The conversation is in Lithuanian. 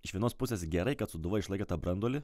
iš vienos pusės gerai kad sūduva išlaikė tą branduolį